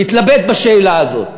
הוא התלבט בשאלה הזאת.